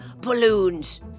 balloons